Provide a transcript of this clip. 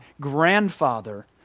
grandfather